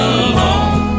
alone